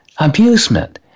Abusement